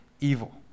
evil